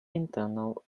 internal